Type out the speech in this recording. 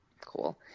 Cool